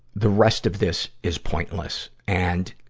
the rest of this is pointless. and